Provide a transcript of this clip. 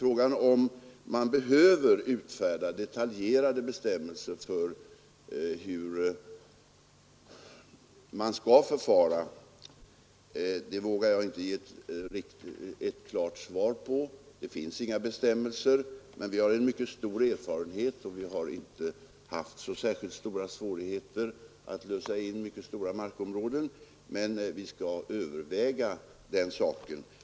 Frågan om vi behöver utfärda detaljerade bestämmelser för hur man skall förfara kan jag inte ge ett klart svar på. Det finns inga bestämmelser, men vi har mycket stor erfarenhet och vi har inte haft så särskilt stora svårigheter att lösa in mycket omfattande markområden. Men vi skall överväga den saken.